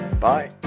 bye